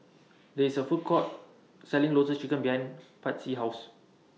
There IS A Food Court Selling Lotus Chicken behind Patsy's House